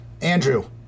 Andrew